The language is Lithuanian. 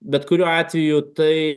bet kuriuo atveju tai